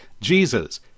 Jesus